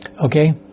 Okay